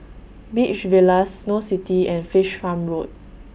Beach Villas Snow City and Fish Farm Road